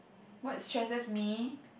what stresses me